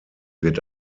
wird